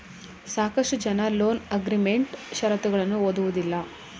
ಸಾಕಷ್ಟು ಜನ loan agreement ಶರತ್ತುಗಳನ್ನು ಓದುವುದಿಲ್ಲ